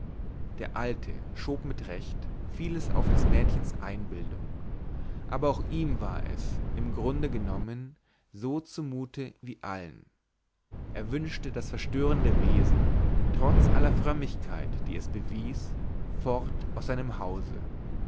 der alte schob mit recht vieles auf des mädchens einbildung aber auch ihm war es im grunde genommen so zumute wie allen er wünschte das verstörende wesen trotz aller frömmigkeit die es bewies fort aus seinem hause